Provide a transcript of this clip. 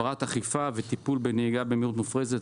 אכיפה וטיפול בנהיגה במהירות מופרזת.